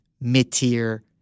mid-tier